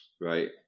right